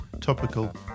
topical